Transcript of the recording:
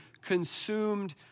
consumed